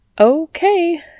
Okay